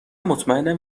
مطمئنم